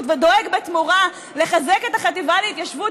ודואג בתמורה לחזק את החטיבה להתיישבות,